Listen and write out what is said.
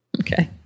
Okay